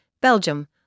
Belgium